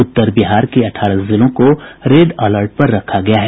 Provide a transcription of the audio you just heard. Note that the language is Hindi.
उत्तर बिहार के अठारह जिलों को रेड अलर्ट पर रखा गया है